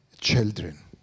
children